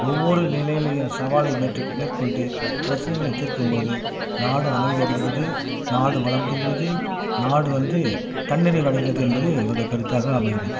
ஒவ்வொரு நிலையிலேயும் சவாலை மேற்று மேற்கொண்டு பிரச்னைகளை தீர்க்கும் போது நாடு அமைதி அடைகிறது நாடு வளம் பெறுகிறது நாடு வந்து தன்னிறைவு அடைகிறது என்பது என்னுடைய கருத்தாக அமைகிறது